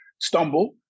stumble